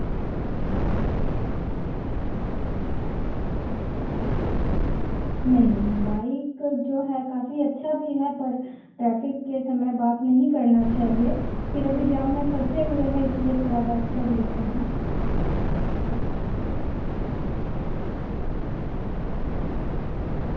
नहीं नहीं नहीं बाइक जो है काफ़ी अच्छा भी है पर ट्रैफिक के समय बात नहीं करना चाहिए फिर अभी जाम में फँसे हुए हैं इसलिए थोड़ा बात कर लेते हैं